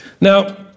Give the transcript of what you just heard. Now